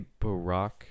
barack